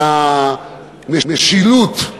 מהמשילות,